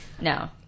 No